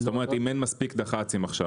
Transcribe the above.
זאת אומרת אם אין מספיק דח"צים עכשיו